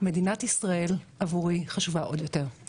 מדינת ישראל עבורי חשובה עוד יותר.